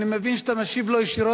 זה מה שאני עושה.